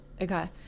Okay